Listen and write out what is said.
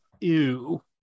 ew